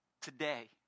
Today